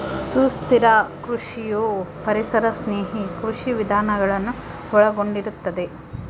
ಸುಸ್ಥಿರ ಕೃಷಿಯು ಪರಿಸರ ಸ್ನೇಹಿ ಕೃಷಿ ವಿಧಾನಗಳನ್ನು ಒಳಗೊಂಡಿರುತ್ತದೆ